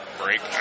break